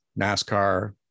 NASCAR